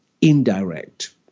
indirect